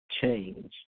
change